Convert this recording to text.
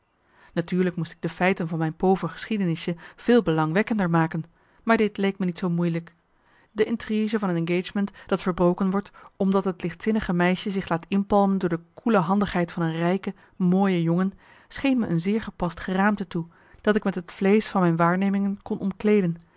natuurlijk moest ik de feiten van mijn pover geschiedenisje veel belangwekkender maken maar dit leek me niet zoo moeilijk de intrige van een engagement dat verbroken wordt omdat het lichtzinnige meisje zich laat inpalmen door de koele handigheid van een rijke mooie jongen scheen me een zeer gepast geraamte toe dat ik met het vleesch van mijn waarnemingen kon omkleeden